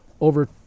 over